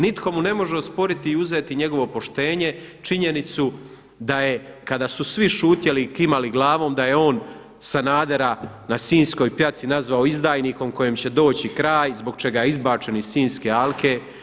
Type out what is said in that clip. Nitko mu ne može osporiti i uzeti njegovo poštenje, činjenicu da kada su svi šutjeli i kimali glavom da je on Sanadera na sinskoj pjaci nazvao izdajnikom kojem će doći kraj, zbog čega je izbačen iz Sinjske alke.